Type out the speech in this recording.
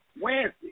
Wednesday